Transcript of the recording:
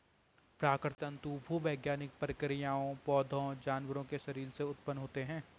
प्राकृतिक तंतु भूवैज्ञानिक प्रक्रियाओं, पौधों, जानवरों के शरीर से उत्पन्न होते हैं